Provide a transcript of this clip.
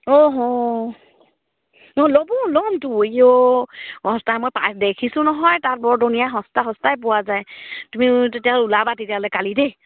অঁ অঁ ল'ব ল'মতো ইঔ সস্তা মই পাই দেখিছোঁ নহয় তাত বৰ ধুনীয়া সস্তা সস্তাই পোৱা যায় তুমি তেতিয়া ওলাবা তেতিয়াহ'লে কালি দেই